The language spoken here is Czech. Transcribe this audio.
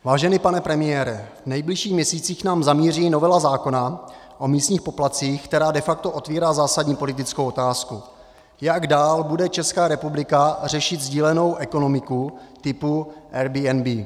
Vážený pane premiére, v nejbližších měsících k nám zamíří novela zákona o místních poplatcích, která de facto otvírá zásadní politickou otázku: jak dál bude Česká republika řešit sdílenou ekonomiku typu Airbnb.